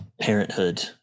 parenthood